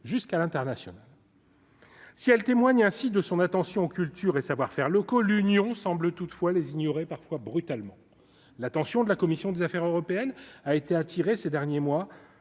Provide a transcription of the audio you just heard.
jusqu'à l'international. Si elle témoigne ainsi de son intention, culture et savoir faire locaux l'Union semble toutefois les ignorer, parfois brutalement la tension de la commission des Affaires européennes a été attiré ces derniers mois